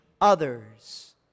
others